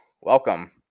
Welcome